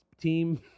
team